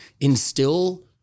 instill